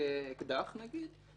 אקדח נגיד,